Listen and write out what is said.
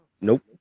nope